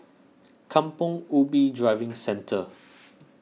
Kampong Ubi Driving Centre